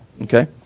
okay